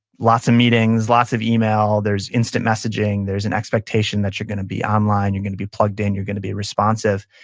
lots of meetings, lots of email. there's instant messaging. there's an expectation that you're going to be online. you're going to be plugged in. you're going to be responsive.